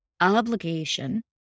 obligation